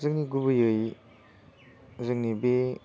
जोंनि गुबैयै जोंनि बे